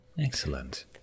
Excellent